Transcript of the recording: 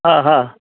हा हा